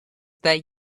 that